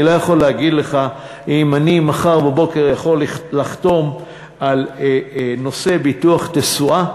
אני לא יכול להגיד לך אם אני מחר בבוקר יכול לחתום על נושא ביטוח תשואה,